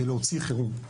להוציא חירום.